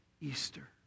Easter